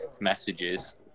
messages